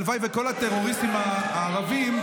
הלוואי שכל הטרוריסטים הערבים,